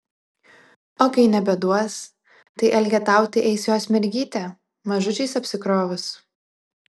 o kai nebeduos tai elgetauti eis jos mergytė mažučiais apsikrovus